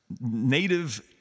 native